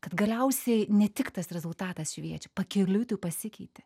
kad galiausiai ne tik tas rezultatas šviečia pakeliui tu pasikeiti